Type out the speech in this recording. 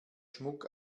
schmuck